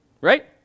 right